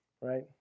right